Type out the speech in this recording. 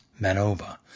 MANOVA